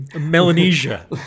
Melanesia